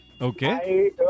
Okay